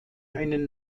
einen